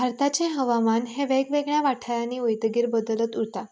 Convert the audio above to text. भारताचें हवामान हें वेगवेगळ्या वाठारांनी वयतगीर बदलत उरता